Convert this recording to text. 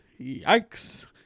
yikes